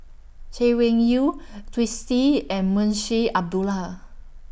Chay Weng Yew Twisstii and Munshi Abdullah